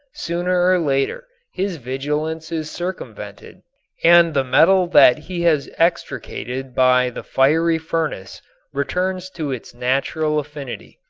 sooner or later his vigilance is circumvented and the metal that he has extricated by the fiery furnace returns to its natural affinity.